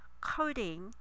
coding